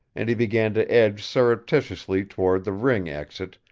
and he began to edge surreptitiously toward the ring exit,